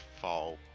fall